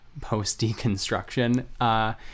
post-deconstruction